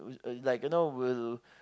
like like you will